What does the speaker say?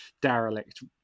derelict